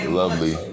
lovely